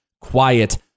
quiet